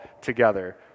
together